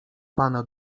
pana